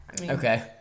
okay